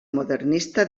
modernista